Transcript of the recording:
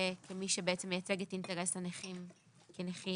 כמי שבעצם מייצג את אינטרס הנכים כנכים.